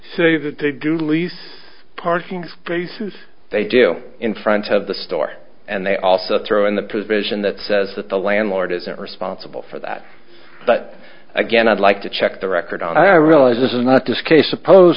say that they do lease parking spaces they do in front of the store and they also throw in the position that says that the landlord isn't responsible for that but again i'd like to check the record i realize this is not disc a suppose